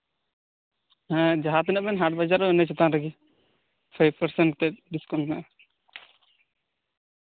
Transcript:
ᱦᱮᱸ ᱡᱟᱦᱟᱸ ᱛᱤᱱᱟᱹᱜ ᱵᱮᱱ ᱦᱟᱴ ᱵᱟᱡᱟᱨᱚᱜᱼᱟ ᱤᱱᱟᱹ ᱪᱮᱛᱟᱱ ᱨᱮᱜᱮ ᱯᱷᱟᱭᱤᱵ ᱯᱟᱨᱥᱮᱱ ᱠᱟᱛᱮ ᱰᱤᱥᱠᱟᱣᱩᱱᱴ ᱢᱮᱱᱟᱜᱼᱟ